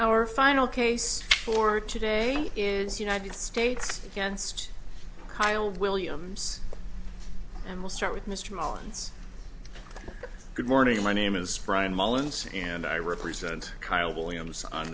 our final case for today is united states against kyle williams and we'll start with mr mullens good morning my name is brian mullins and i represent kyle williams on